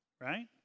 right